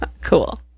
Cool